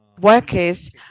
workers